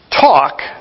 talk